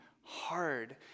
hard